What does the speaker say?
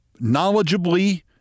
knowledgeably